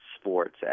sports